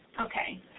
Okay